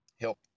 Help